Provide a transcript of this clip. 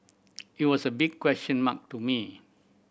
it was a big question mark to me